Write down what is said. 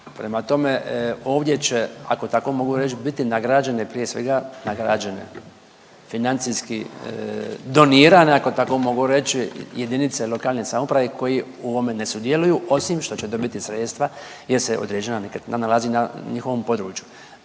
Prema tome, ovdje će, ako tako mogu reć, biti nagrađene prije svega nagrađene, financijski donirane, ako tako mogu reći, JLS koje u ovome ne sudjeluju osim što će dobiti sredstva jer se određena nekretnina nalazi na njihovom području.